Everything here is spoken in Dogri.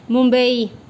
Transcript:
मुंबई